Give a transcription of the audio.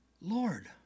Lord